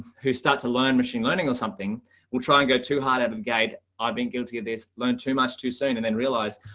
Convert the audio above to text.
who start to learn machine learning or something will try and go too hard at them guide. i've been guilty of this learn too much too soon and then realize,